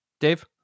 dave